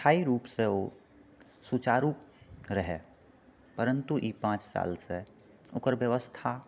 स्थायी रूपसँ ओ सुचारु रहय परन्तु ई पाँच सालसँ ओकर व्यवस्था